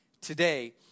today